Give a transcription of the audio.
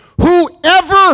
whoever